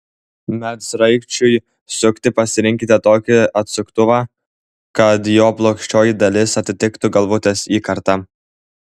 medsraigčiui sukti pasirinkite tokį atsuktuvą kad jo plokščioji dalis atitiktų galvutės įkartą